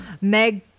Meg